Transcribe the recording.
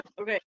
Okay